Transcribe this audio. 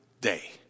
day